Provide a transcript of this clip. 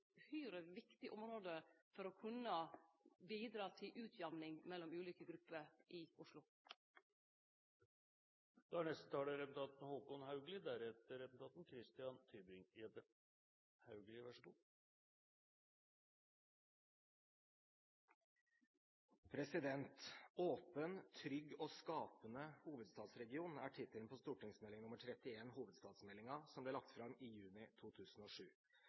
viktig område for å kunne bidra til utjamning mellom ulike grupper i Oslo. «Åpen, trygg og skapende hovedstadregion» er tittelen på St.meld. nr. 31 for 2006–2007 – hovedstadsmeldingen – som ble lagt fram i juni 2007. Fem og et halvt år senere er